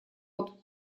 вот